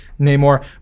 namor